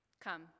Come